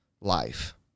life